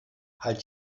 halt